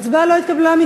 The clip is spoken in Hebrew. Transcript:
התקבלה,